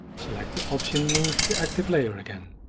select the option move the active layer again.